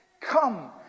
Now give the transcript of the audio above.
Come